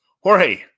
Jorge